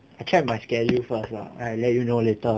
I check my schedule first lah then I let you know later